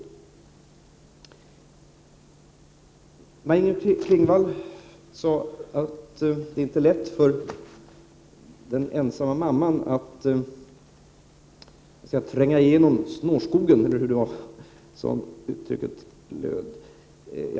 Maj-Inger Klingvall sade att det inte är lätt för den ensamma mamman att tränga igenom snårskogen, eller hur nu uttrycket löd.